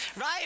Right